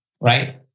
right